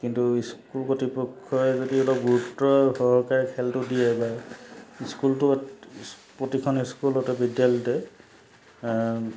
কিন্তু স্কুল কতৃপক্ষই যদি অলপ গুৰুত্ব সৰহকাৰে খেলটো দিয়ে বা স্কুলটোত প্ৰতিখন স্কুলতে বিদ্যালয়তে